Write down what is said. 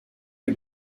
die